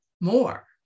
more